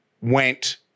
went